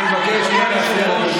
אני מבקש לא להפריע לדובר.